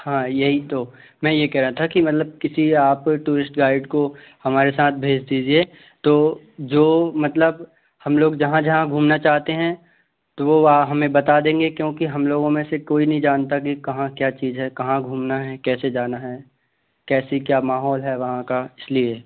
हाँ यही तो मैं यह कह रहा था कि मतलब किसी आप टूरिस्ट गाइड को हमारे साथ भेज दीजिए तो जो मतलब हम लोग जहाँ जहाँ घूमना चाहते हैं तो वो वहाँ हमें बता देंगे क्योंकि हम लोगों में से कोई नहीं जानता कि कहाँ क्या चीज है कहाँ घूमना है कैसे जाना है कैसे क्या माहौल है वहाँ का इसलिए